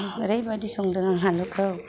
ओरैबायदि संदों आं आलुखौ